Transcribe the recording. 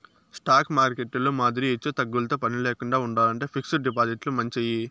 stock మార్కెట్టులో మాదిరి ఎచ్చుతగ్గులతో పనిలేకండా ఉండాలంటే ఫిక్స్డ్ డిపాజిట్లు మంచియి